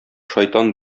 шайтан